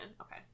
okay